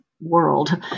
world